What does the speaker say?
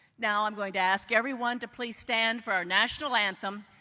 now i'm going to ask everyone to please stand for our national anthem.